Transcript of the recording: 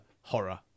horror